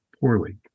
poorly